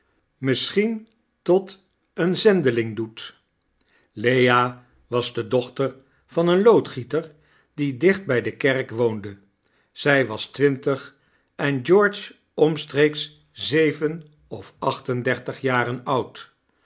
misschien tot een zendeling doet lea was de dochter van een loodgieter die dicht by de kerk woonde zy was twintig en george omstreeks zeven of achtendertigjaren oud